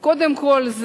קודם כול,